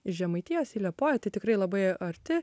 iš žemaitijos į liepoją tai tikrai labai arti